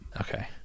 okay